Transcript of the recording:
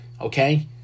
okay